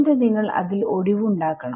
എന്നിട്ട് നിങ്ങൾ അതിൽ ഒടിവ് ഉണ്ടാക്കണം